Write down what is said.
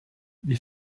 wir